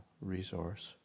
resource